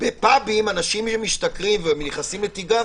בפאבים אנשים משתכרים ונכנסים לתגרה,